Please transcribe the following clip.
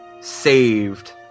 saved